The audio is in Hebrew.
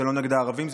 זה לא נגד הערבים,